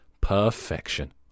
Perfection